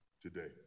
today